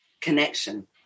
connection